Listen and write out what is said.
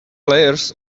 layers